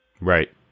Right